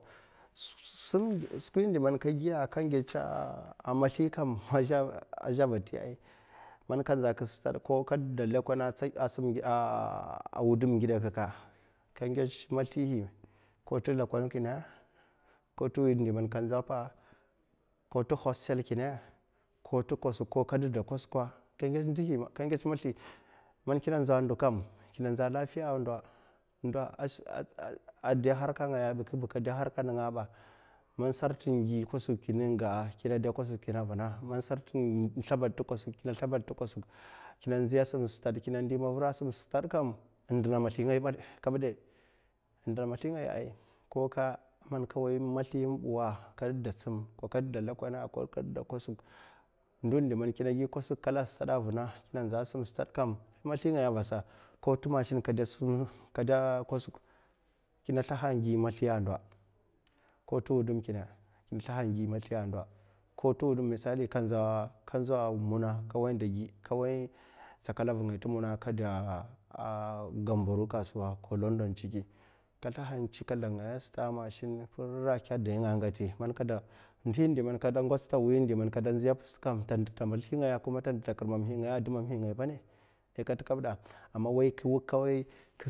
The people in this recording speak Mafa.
skwi diman ka giya aka ngetsa a azhe avatia man ka nza man ka dida a lekon asum ngidekake ko l'lekon kina ko t'sum man ka nza pa ko t'shell kina, ko t'kwosk ka ngets nɗihi, ka ngets mazlih man kina nza anduw kam kina nza lafiya andaa adei harka ngaya ɓi, k'ba kadei harka n'ngaɓi, ma sum kwaskɓa kina dei kwuska avinna akina zlumsed t'kwusk kina nzia avina, kina ndi mavrra asum stad kam n'ndna mazli ngai ɓ'ɗe, ko ka man kawai mazli en ɓwa ka ɗida sum, ka didga kwosk nduw diman kina gi kwosƙ kala stad avina kam, mazlingaya avasa. Ko to machine kadei kwusk kina zlaha kina gi mazlia ande ko twudum kina, kina zlaha ƙina gi mazlia andoa kawai tsakala vungai n'muna ka dei a gambo ru kasuwa ka zlaha ka tsin kazlan ngaya sata a machine nɗi diman kada ngats tawui skam ta ndi ta mazli ngaya, akirmangaya a dumngai bane ɗe kat- kaɓda